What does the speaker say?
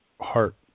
heart